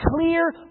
clear